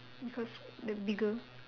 because the bigger